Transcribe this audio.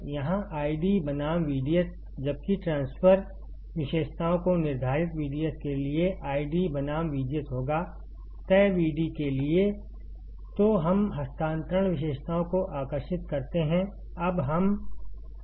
यहां आईडी बनाम VDS जबकि ट्रांसफर विशेषताओं को निर्धारित VDS के लिए आईडी बनाम VGS होगा तय VD के लिए तो हम हस्तांतरण विशेषताओं को आकर्षित करते हैं